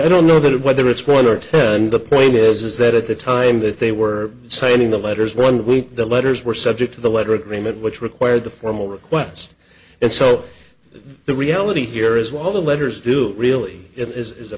i don't know that whether it's one or ten the point is that at the time that they were signing the letters one week the letters were subject to the letter agreement which required the formal request and so the reality here is what the letters do really it is a